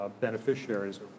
beneficiaries